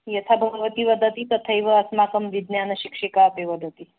यथा भवती वदति तथैव अस्माकं विज्ञानशिक्षिका अपि वदति